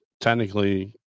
technically